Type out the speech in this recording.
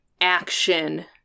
action